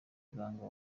ibanga